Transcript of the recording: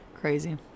Crazy